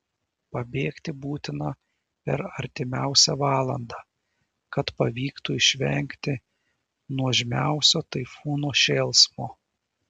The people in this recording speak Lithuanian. pabėgti būtina per artimiausią valandą kad pavyktų išvengti nuožmiausio taifūno šėlsmo